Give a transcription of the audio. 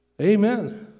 amen